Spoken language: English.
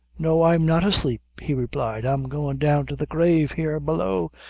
no, i'm not asleep, he replied i'm goin' down to the grave here below,